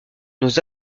nos